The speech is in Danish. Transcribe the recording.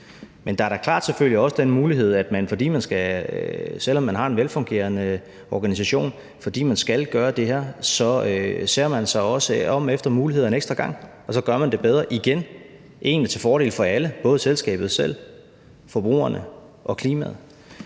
Men der er da selvfølgelig også den mulighed, at man, selv om man har en velfungerende organisation, ser sig om en ekstra gang efter mulighederne, fordi man skal gøre det her, og så gør man det bedre igen – egentlig til fordel for alle, både selskabet selv, forbrugerne og klimaet.